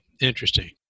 Interesting